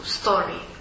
story